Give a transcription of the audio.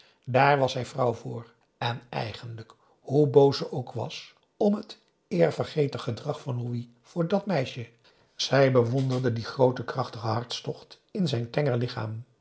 daar was zij vrouw voor en eigenlijk hoe boos ze ook was om het eervergeten gedrag van louis voor dat meisje zij bewonderde dien grooten krachtigen hartstocht in zijn tenger lichaam